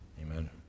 Amen